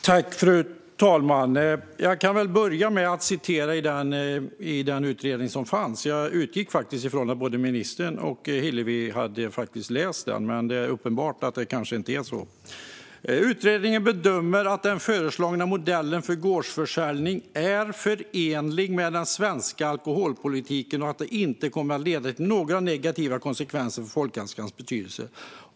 Fru talman! Jag ska börja med att citera den utredning som fanns. Jag utgick faktiskt ifrån att både ministern och Hillevi hade läst den, men det är uppenbart att det kanske inte är så. Utredningen bedömer att den föreslagna modellen för gårdsförsäljning är förenlig med den svenska alkoholpolitiken och att den inte kommer att leda till några negativa konsekvenser för folkhälsan.